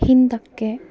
ಹಿಂದಕ್ಕೆ